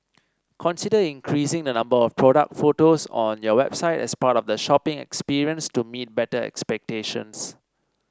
consider increasing the number of product photos on your website as part of the shopping experience to be better expectations